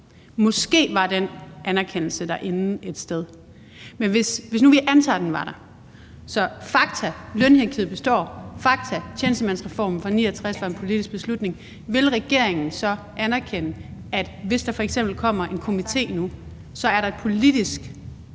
Måske var den anerkendelse derinde et sted. Men hvis vi nu antager, at den var der, så er det fakta. Fakta: Lønhierarkiet består. Fakta: Tjenestemandsreformen fra 1969 var en politisk beslutning. Og vil regeringen så anerkende, at hvis der f.eks. kommer en komité, så er der et politisk